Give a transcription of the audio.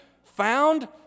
found